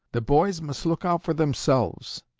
the boys must look out for themselves.